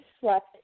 slept